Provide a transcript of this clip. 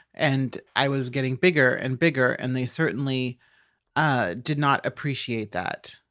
and i was getting bigger and bigger. and they certainly ah did not appreciate that.